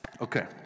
Okay